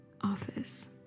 office